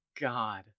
God